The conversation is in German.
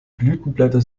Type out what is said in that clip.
blütenblätter